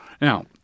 Now